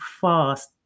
fast